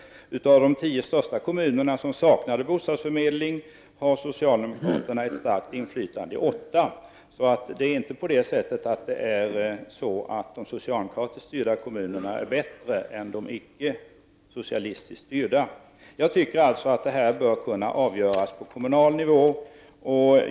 Bland de tio största kommunerna som saknade bostadsförmedling har socialdemokraterna ett starkt inflytande i åtta. Det är alltså inte så att de socialdemokratiskt styrda kommunerna är bättre än de icke socialdemokratiskt styrda. Frågorna bör enligt min mening kunna avgöras på kommunal nivå.